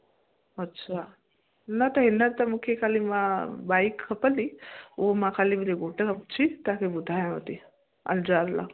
अछा न त हींअर त मूंखे ख़ाली मां बाईक खपंदी उहो मां ख़ाली मुंहिंजे घोट खां पुछी तव्हांखे ॿुधायांव थी अंजार लाइ